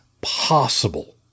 possible